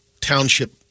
Township